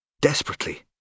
Desperately